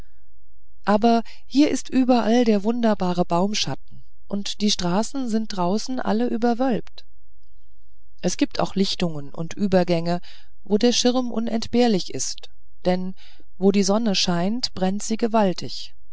aber hier ist überall der wunderbare baumschatten und die straßen draußen sind alle überwölbt es gibt auch lichtungen und übergänge wo der schirm unentbehrlich ist denn wo die sonne scheint brennt sie gewaltig